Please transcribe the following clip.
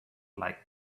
like